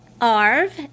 Arv